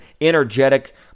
energetic